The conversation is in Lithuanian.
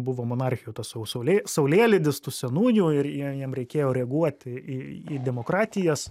buvo monarchijų tas sau saulė saulėlydis tų senųjų ir jie jiem reikėjo reaguoti į į demokratijas